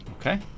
Okay